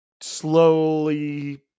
slowly